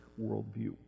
worldview